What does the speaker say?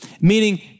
meaning